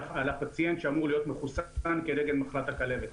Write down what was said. הפציינט שאמור להיות מחוסן כנגד מחלת הכלבת,